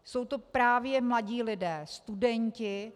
Jsou to právě mladí lidé, studenti.